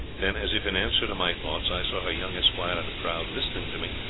then, as if in answer to my thoughts, i saw her young esquire in the crowd listening to me,